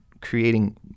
creating